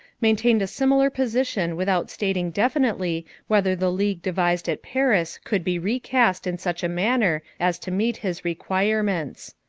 maintained a similar position without saying definitely whether the league devised at paris could be recast in such a manner as to meet his requirements.